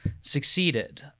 succeeded